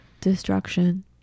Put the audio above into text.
destruction